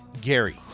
Gary